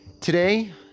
Today